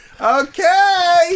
Okay